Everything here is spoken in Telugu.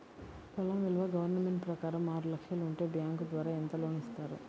పొలం విలువ గవర్నమెంట్ ప్రకారం ఆరు లక్షలు ఉంటే బ్యాంకు ద్వారా ఎంత లోన్ ఇస్తారు?